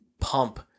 pump